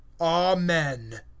Amen